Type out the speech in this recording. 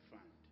Fund